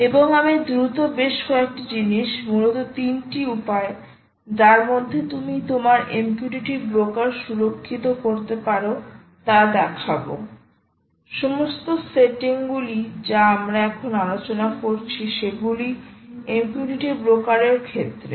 এবং আমি দ্রুত বেশ কয়েকটি জিনিস মূলত 3 টি উপায় যার মাধ্যমে তুমি তোমার MQTT ব্রোকার সুরক্ষিত করতে পারো তা দেখাবো সমস্ত সেটিং গুলি যা আমরা এখন আলোচনা করছি সেগুলি MQTT ব্রোকারএর ক্ষেত্রে